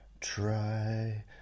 try